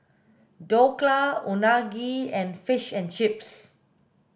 Dhokla Unagi and Fish and Chips